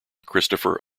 christopher